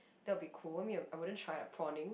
that will be cool I mean I wouldn't try like prawning